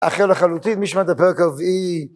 אחר לחלוטין, מי שלמד את הפרק הרביעי